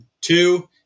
Two